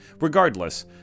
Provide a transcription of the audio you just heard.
Regardless